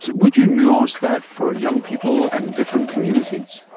so would you nuance that for young people and different communities?